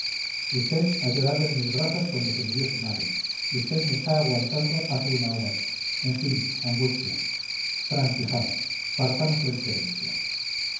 usted ha llorado en mis brazos cuando se murió su madre usted me está aguantando hace una hora en fin angustias transijamos partamos la diferencia